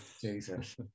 Jesus